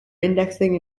indexing